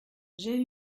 j’ai